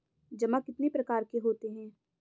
जमा कितने प्रकार के होते हैं?